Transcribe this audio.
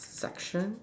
section